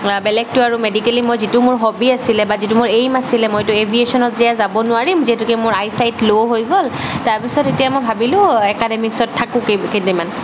বেলেগটো আৰু মেডিকেলি মই যিটো মোৰ হবী আছিলে বা যিটো মোৰ এইম আছিলে মইতো এভিয়েশ্বনত যে যাব নোৱাৰিম যিহেতুকে মোৰ আই চাইট ল' হৈ গ'ল তাৰপিছত এতিয়া মই ভাৱিলোঁ একাডেমিকছত থাকোঁ কেই কেইদিনমান